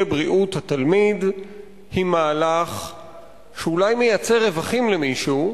בריאות התלמיד היא מהלך שאולי מייצר רווחים למישהו,